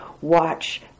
watch